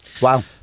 wow